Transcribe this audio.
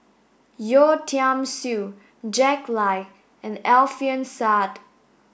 Yeo Tiam Siew Jack Lai and Alfian Sa'at